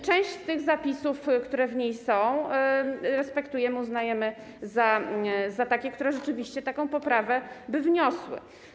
Część z tych zapisów, które w niej są, respektujemy, uznajemy za takie, które rzeczywiście taką poprawę by wniosły.